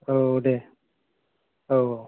औ दे औ औ